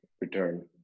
return